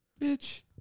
Bitch